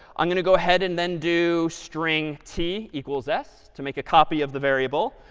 i'm going to go ahead and then do string t equals s to make a copy of the variable.